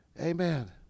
Amen